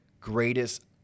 greatest